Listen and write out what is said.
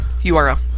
URL